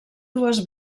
dues